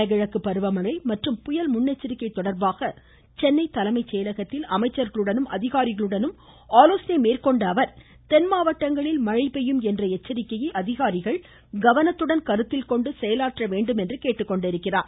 வடகிழக்கு பருவமழை மற்றும் புயல் முன்னெச்சரிக்கை தொடர்பாக சென்னை தலைமை செயலகத்தில் அமைச்சர்களுடனும் அதிகாரிகளுடனும் ஆலோசனை மேற்கொண்ட அவர் தென்மாவட்டங்களில் மழை பெய்யும் என்ற எச்சரிக்கையை அதிகாரிகள் கவனத்துடன் கருத்தில் கொண்டு செயலாற்ற வேண்டும் என்று கேட்டுக்கொண்டிருக்கிறார்